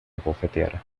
abofeteara